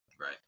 Right